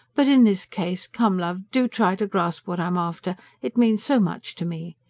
but in this case. come, love, do try to grasp what i'm after it means so much to me.